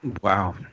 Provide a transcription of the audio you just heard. Wow